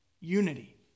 unity